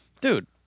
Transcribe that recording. dude